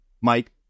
mike